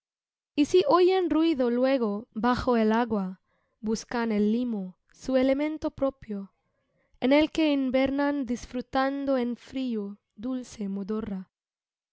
y si oyen ruido luego bajo el agua buscan el limo su elemento propio en el que invernan disfrutando en frío dulce modorra